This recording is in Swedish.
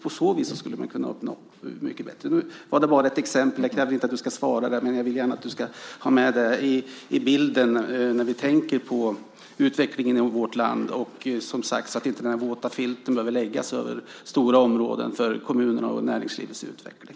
På så vis skulle man kunna uppnå något mycket bättre. Detta var bara ett exempel. Jag kräver inte att du ska svara, Mikael Odenberg, men jag vill gärna att du ska ha med det i bilden när du tänker på utvecklingen av vårt land, så att den våta filten som sagt inte behöver läggas över stora områden för kommunerna och näringslivets utveckling.